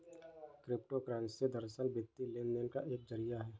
crypto currency दरअसल, वित्तीय लेन देन का एक जरिया है